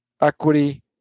equity